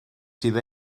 sydd